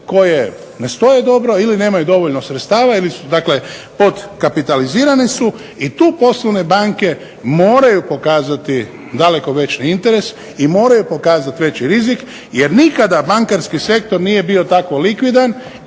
koje ne stoje dobro ili nemaju dovoljno sredstava ili su podkapitalizirani su i tu poslovne banke moraju pokazati daleko veći interes i moraju pokazati daleko veći rizik jer nikada bankarski sektor nije bio tako likvidan